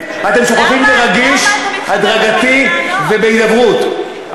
אומרים: זה נושא רגיש ובעייתי ונעשה את זה בהידברות ובהדרגה.